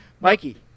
Mikey